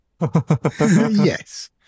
Yes